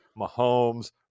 Mahomes